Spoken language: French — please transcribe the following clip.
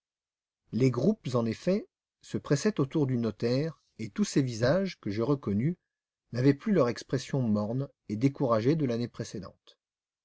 les groupes en effet se pressaient autour du notaire et tous ces visages que je reconnus n'avaient plus leur expression morne et découragée de l'année précédente